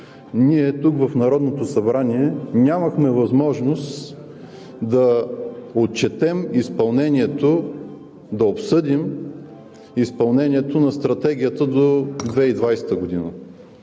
ние тук, в Народното събрание, нямахме възможност да отчетем изпълнението, да обсъдим изпълнението на Стратегията до 2020 г.